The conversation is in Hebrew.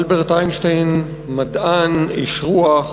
אלברט איינשטיין, מדען, איש רוח,